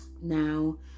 now